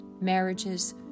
marriages